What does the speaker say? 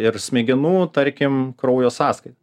ir smegenų tarkim kraujo sąskaita